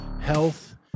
health